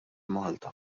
malta